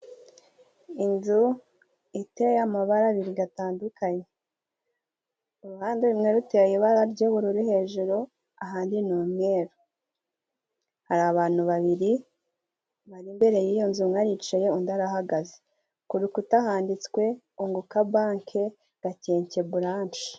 Inzu iteye amabara abiri atandukanye. Uruhande rumwe ruteye ibara ry'ubururu hejuru ahanini ni umweru. Hari abantu babiri bari imbere y'iyo nzu, umwe aricaye undi arahagaze. Ku rukuta handitswe unguka banke gakenke burance.